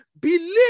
Believe